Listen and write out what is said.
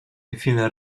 infine